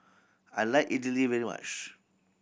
I like idly very much